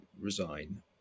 resign